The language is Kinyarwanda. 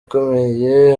ikomeye